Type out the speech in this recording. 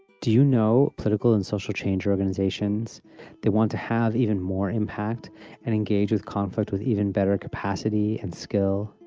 do you know political and social change organizations they want to have even more impact and engage with conflict with even better capacity and skill.